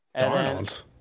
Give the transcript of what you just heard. Darnold